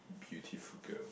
beutiful girl